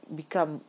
become